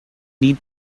need